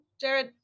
Jared